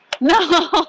No